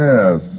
Yes